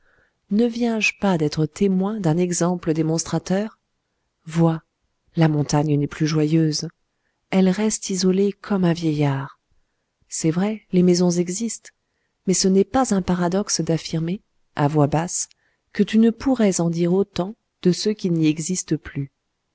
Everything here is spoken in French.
ne viens-je pas d'être témoin d'un exemple démonstrateur vois la montagne n'est plus joyeuse elle restent isolée comme un vieillard c'est vrai les maisons existent mais ce n'est pas un paradoxe d'affirmer à voix basse que tu ne pourrais en dire autant de ceux qui n'y existent plus